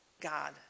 God